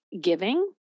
giving